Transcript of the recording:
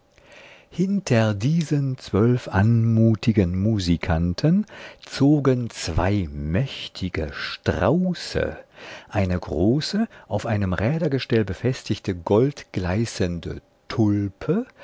hinter diesen zwölf anmutigen musikanten zogen zwei mächtige strauße eine große auf einem rädergestell befestigte goldgleißende tulpe